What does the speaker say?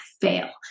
fail